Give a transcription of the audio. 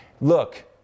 look